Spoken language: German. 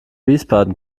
wiesbaden